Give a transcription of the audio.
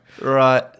Right